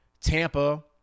Tampa –